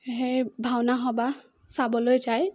সেই ভাওনা সবাহ চাবলৈ যায়